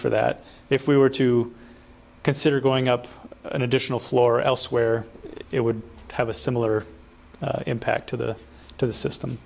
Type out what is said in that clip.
for that if we were to consider going up an additional floor elsewhere it would have a similar impact to the to the